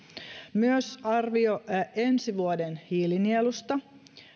myös arvio ensi vuoden hiilinielusta